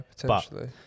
potentially